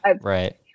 right